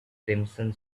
crimson